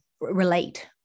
relate